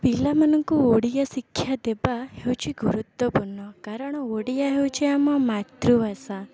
ପିଲାମାନଙ୍କୁ ଓଡ଼ିଆ ଶିକ୍ଷା ଦେବା ହେଉଛି ଗୁରୁତ୍ୱପୂର୍ଣ୍ଣ କାରଣ ଓଡ଼ିଆ ହେଉଛି ଆମ ମାତୃଭାଷା